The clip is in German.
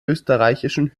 österreichischen